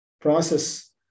process